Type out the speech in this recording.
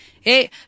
hey